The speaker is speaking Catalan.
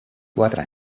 quatre